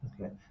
Okay